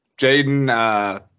Jaden